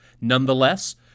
Nonetheless